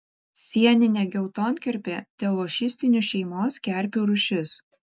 sieninė geltonkerpė telošistinių šeimos kerpių rūšis